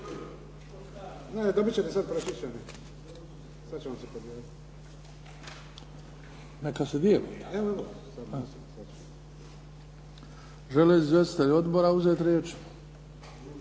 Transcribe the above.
Ne dobit ćete sad pročišćeni. Sad će vam se podijeliti./… Neka se dijeli. Žele li izvjestitelji odbora uzeti riječ?